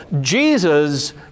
Jesus